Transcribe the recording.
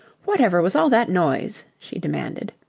whatever was all that noise? she demanded.